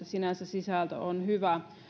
sinänsä sisältö on hyvä